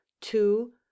two